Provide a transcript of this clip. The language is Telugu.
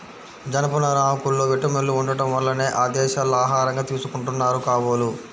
జనపనార ఆకుల్లో విటమిన్లు ఉండటం వల్లనే ఆ దేశాల్లో ఆహారంగా తీసుకుంటున్నారు కాబోలు